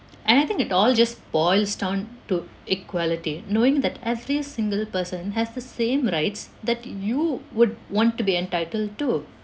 and I think it all just boils down to equality knowing that every single person has the same rights that you would want to be entitled to